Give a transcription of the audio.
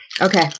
Okay